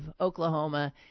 Oklahoma